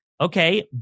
Okay